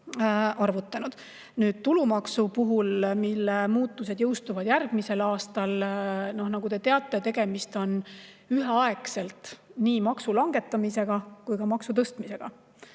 arvutanud. Tulumaksu puhul, mille muudatused jõustuvad järgmisel aastal, nagu te teate, on tegemist üheaegselt nii maksu langetamise kui ka maksu tõstmisega.